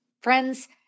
Friends